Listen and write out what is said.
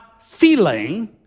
feeling